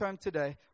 today